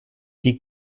die